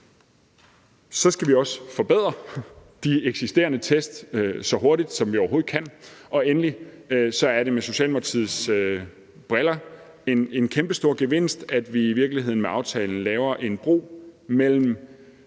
Så skal vi også forbedre de eksisterende test så hurtigt, som vi overhovedet kan, og endelig er det med Socialdemokratiets briller en kæmpestor gevinst, at vi i virkeligheden med aftalen bygger en bro mellem